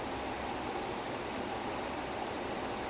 eh what was the last thing prabu deva acted in sia